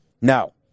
No